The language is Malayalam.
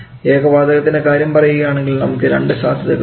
ഏക വാതകത്തിൻറെ കാര്യം പറയുകയാണെങ്കിൽ നമുക്ക് രണ്ട് സാധ്യതകളുണ്ട്